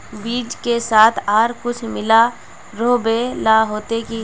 बीज के साथ आर कुछ मिला रोहबे ला होते की?